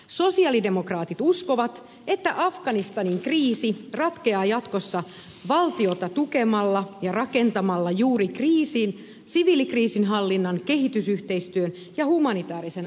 sosialidemokraatit uskovat että afganistanin kriisi ratkeaa jatkossa valtiota tukemalla ja rakentamalla juuri siviilikriisinhallinnan kehitysyhteistyön ja humanitäärisen avustustoiminnan kautta